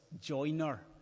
joiner